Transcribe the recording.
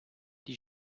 die